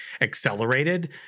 accelerated